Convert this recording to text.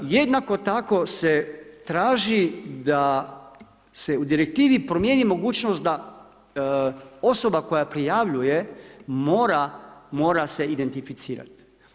Jednako tako se traži da se u direktivi promijeni mogućnost da osoba koja prijavljuje mora se identificirati.